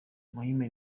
muhima